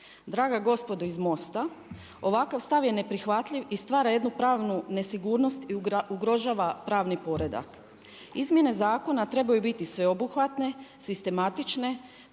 Draga gospodo iz MOST-a ovakav stav je neprihvatljiv i stvar jednu pravnu nesigurnost i ugrožava pravni poredak. Izmjene zakona trebaju biti sveobuhvatne, sistematične,